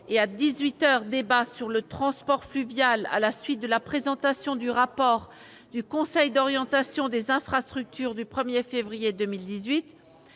heures, débat sur le transport fluvial à la suite de la présentation du rapport du Conseil d'orientation des infrastructures du 1 février 2018.